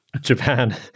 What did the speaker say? Japan